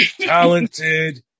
talented